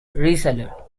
reseller